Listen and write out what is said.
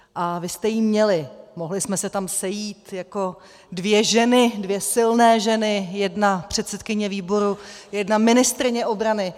A vy jste ji měli, mohli jsme se tam sejít jako dvě ženy, dvě silné ženy, jedna předsedkyně výboru, jedna ministryně obrany.